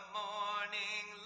morning